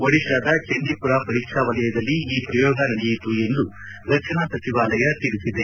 ಒಡಿತಾದ ಚಂಡಿಪುರ ಪರೀಕ್ಷಾ ವಲಯದಲ್ಲಿ ಈ ಪ್ರಯೋಗ ನಡೆಯಿತು ಎಂದು ರಕ್ಷಣಾ ಸಚಿವಾಲಯ ತಿಳಿಸಿದೆ